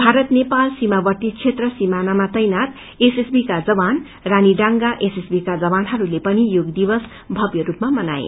भारत नेपाल सीमावर्ती बेत्र सिमानमा तैनात एस एसबी का जवान रानीड़ांगा एसएसबी का जवानहस्ते पनि यांग दिवस भव्य रूपमा मनाए